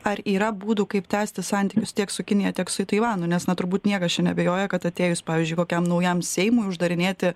ar yra būdų kaip tęsti santykius tiek su kinija tiek su taivanu nes na turbū niekas čia neabejoja kad atėjus pavyzdžiui kokiam naujam seimui uždarinėti